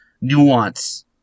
nuance